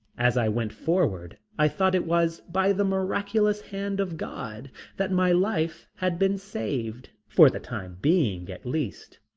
as i went forward i thought it was by the miraculous hand of god that my life had been saved, for the time being at least.